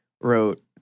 wrote